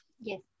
Yes